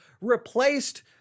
replaced